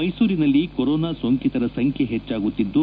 ಮೈಸೂರಿನಲ್ಲಿ ಕೊರೊನಾ ಸೋಂಕಿತರ ಸಂಖ್ಯೆ ಹೆಚ್ಚಾಗುತ್ತಿದ್ದು